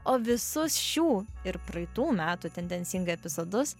o visus šių ir praeitų metų tendencingai epizodus